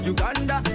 Uganda